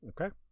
Okay